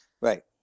Right